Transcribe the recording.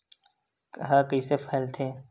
ह कइसे फैलथे?